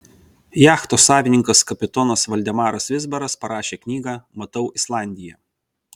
jachtos savininkas kapitonas valdemaras vizbaras parašė knygą matau islandiją